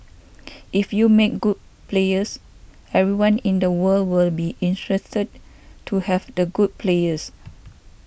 if you make good players everyone in the world will be interested to have the good players